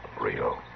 real